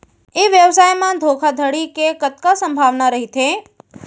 ई व्यवसाय म धोका धड़ी के कतका संभावना रहिथे?